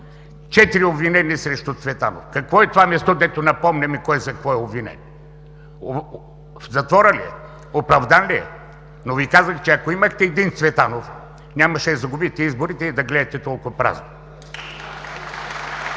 четири обвинения срещу Цветанов. Какво е това място, в което напомняме кой за какво е обвинен? В затвора ли е? Оправдан ли е? Казах Ви обаче, че ако имахте един Цветанов, нямаше да загубите изборите и да гледате толкова празно. (Силни